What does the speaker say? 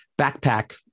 backpack